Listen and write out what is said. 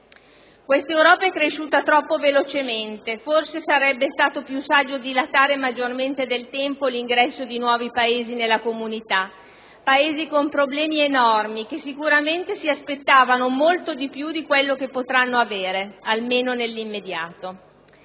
Quest'Europa è cresciuta troppo velocemente. Forse sarebbe stato più saggio dilatare maggiormente nel tempo l'ingresso di nuovi Paesi nella Comunità, Paesi con problemi enormi che sicuramente si aspettavano molto di più di quello che potranno avere, almeno nell'immediato.